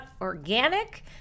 organic